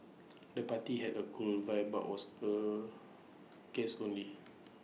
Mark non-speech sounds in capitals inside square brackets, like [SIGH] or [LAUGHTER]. the party had A cool vibe but was [HESITATION] guests only